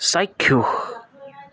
চাক্ষুষ